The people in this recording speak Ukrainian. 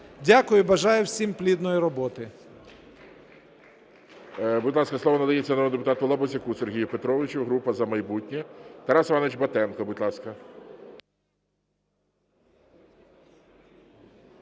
Дякую. Бажаю всім плідної роботи.